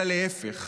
אלא להפך,